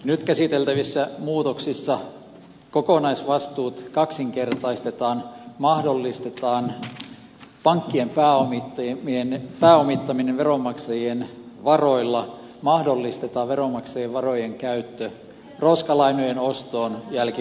nyt käsiteltävissä muutoksissa kokonaisvastuut kaksinkertaistetaan mahdollistetaan pankkien pääomittaminen veronmaksajien varoilla mahdollistetaan veronmaksajien varojen käyttö roskalainojen ostoon jälkimarkkinoilta